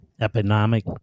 economic